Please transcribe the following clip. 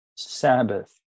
Sabbath